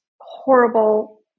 horrible